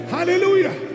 Hallelujah